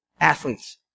Athletes